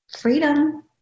freedom